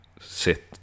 sit